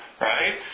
right